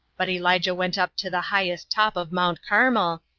but elijah went up to the highest top of mount carmel,